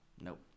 Nope